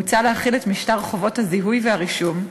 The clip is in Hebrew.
מוצע להחיל את משטר חובות הזיהוי והרישום,